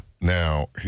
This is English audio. now